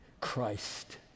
Christ